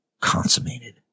consummated